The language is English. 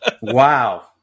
wow